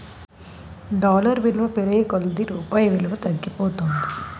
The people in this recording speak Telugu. డాలర్ విలువ పెరిగే కొలది రూపాయి విలువ తగ్గిపోతుంది